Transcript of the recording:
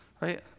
Right